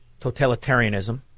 totalitarianism